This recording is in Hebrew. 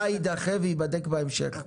מה יידחה וייבדק בהמשך?